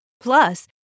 Plus